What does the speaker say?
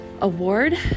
Award